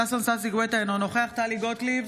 ששון ששי גואטה, אינו נוכח טלי גוטליב,